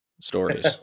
stories